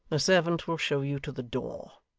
the servant will show you to the door.